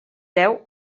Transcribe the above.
deu